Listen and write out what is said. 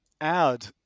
add